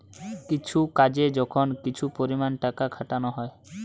কিছু কাজে যখন কিছু পরিমাণে টাকা খাটানা হয়